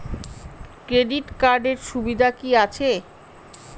Credit কার্ডের সুবিধা কি আছে?